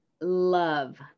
love